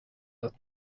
att